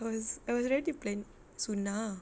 I was I was ready plan sunnah